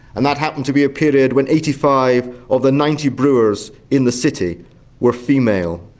and that happened to be a period when eighty five of the ninety brewers in the city were female.